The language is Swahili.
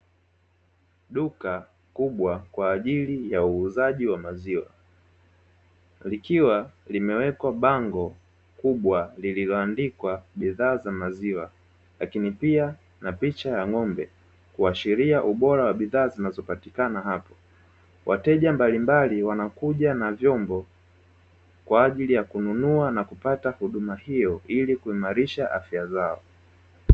Duka kubwa kwa ajili ya uuzaji wa maziwa likiwa limewekwa bango kubwa lililoandikwa bidhaa za maziwa lakini pia, na picha ya ng'ombe kuashiria ubora wa bidhaa zinazopatikana hapo, wateja mbalimbali wanakuja na vyombo kwa ajili ya kununua na kupata huduma hiyo ili kuimarisha afya zao.